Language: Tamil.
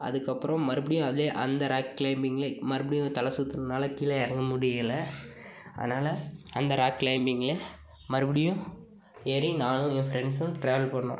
அதுக்கப்றம் மறுபடியும் அதில் அந்த ராக் க்ளைம்பிங்கிலே மறுபடியும் தலை சுத்துனதுனால் கீழே இறங்க முடியல அதனால் அந்த ராக் க்ளைம்பிங்கில் மறுபடியும் ஏறி நானும் என் ஃப்ரெண்ட்ஸும் ட்ராவல் பண்ணோம்